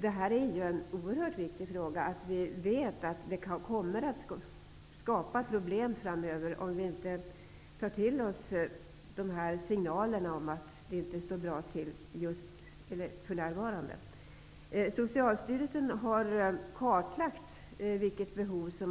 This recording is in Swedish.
Det är ju oerhört viktigt att vi vet att det kommer att skapas problem framöver om vi inte tar till oss dessa signaler om att det för närvarande inte står bra till. Socialstyrelsen har kartlagt behoven.